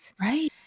Right